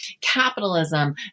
capitalism